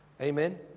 Amen